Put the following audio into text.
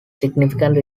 significant